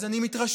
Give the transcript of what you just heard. אז אני מתרשם.